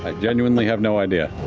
ah genuinely have no idea.